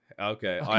Okay